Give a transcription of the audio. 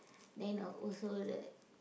then also the